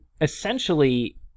essentially